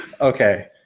Okay